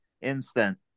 Instant